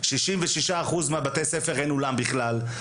66% מבתי-הספר אין אולם בכלל,